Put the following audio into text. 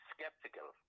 Skeptical